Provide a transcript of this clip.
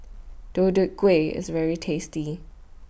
Deodeok Gui IS very tasty